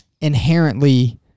inherently